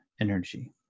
energy